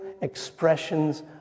expressions